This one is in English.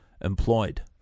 employed